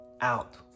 out